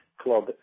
club